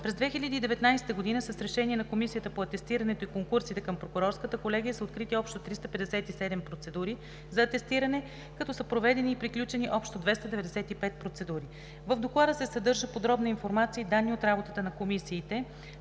През 2019 г. с решение на Комисията по атестирането и конкурсите към Прокурорската колегия са открити общо 357 процедури за атестиране, като са проведени и приключени общо 295 процедури. В Доклада се съдържа подробна информация и данни от работата на комисиите